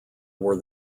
were